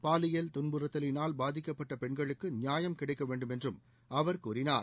பாலியல் துன்புறுத்தலினால் பாதிக்கப்பட்ட பெண்களுக்கு நியாயம் கிடைக்க வேண்டுமென்றும் அவர் கூறினார்